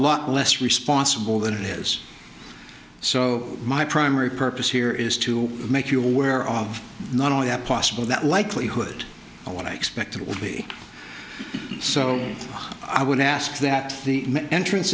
lot less responsible than it is so my primary purpose here is to make you aware of not only that possible that likelihood and what i expected would be so i would ask that the entrance